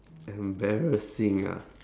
embarrassing ah